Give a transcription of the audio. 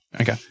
Okay